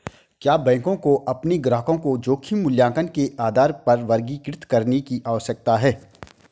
क्या बैंकों को अपने ग्राहकों को जोखिम मूल्यांकन के आधार पर वर्गीकृत करने की आवश्यकता है?